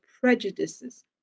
prejudices